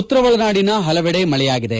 ಉತ್ತರ ಒಳನಾಡಿನ ಹಲವೆಡೆ ಮಳೆಯಾಗಿದೆ